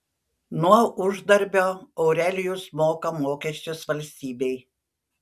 nuo uždarbio aurelijus moka mokesčius valstybei